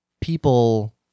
people